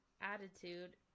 attitude